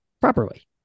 properly